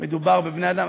מדובר בבני-אדם.